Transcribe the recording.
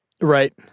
Right